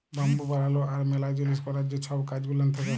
bamboo বালালো আর ম্যালা জিলিস ক্যরার যে ছব কাজ গুলান থ্যাকে